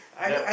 that